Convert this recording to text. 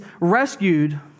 rescued